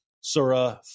Surah